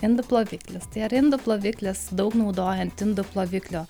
indų ploviklis tai ar indų ploviklis daug naudojant indų ploviklio